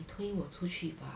你推我出去吧